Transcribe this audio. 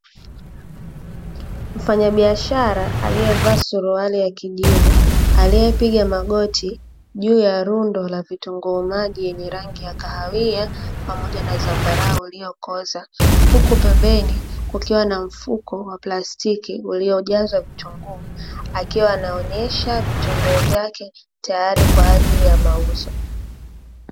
Mfanyabiashara aliyevaa suruali ya kijivu aliyepiga magoti juu ya rundo la vitunguu yenye rangi ya kahawia, pamoja na zambarau uliokoza huku pembeni kukiwa na mfuko wa plastiki uliojazwa vitunguu, akiwa anaonyesha vichunguo vyake tayari kwa ajili ya mauzo.